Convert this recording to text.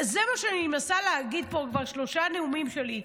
זה מה שאני מנסה להגיד פה כבר שלושה נאומים שלי,